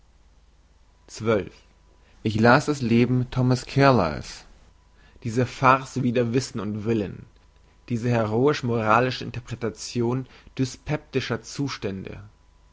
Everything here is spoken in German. ich las das leben thomas carlyle's diese farce wider wissen und willen diese heroisch moralische interpretation dyspeptischer zustände